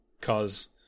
cause